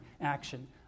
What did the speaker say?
action